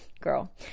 girl